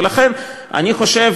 ולכן, אני חושב